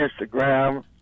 Instagram